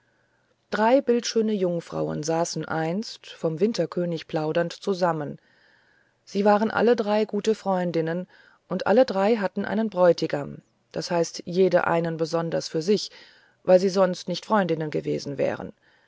drei bildschöne jungfrauen saßen einst vom winterkönig plaudernd zusammen sie waren alle drei gute freundinnen und alle drei hatten einen bräutigam das heißt jede einen besonderen für sich weil sie sonst nicht freundinnen gewesen wären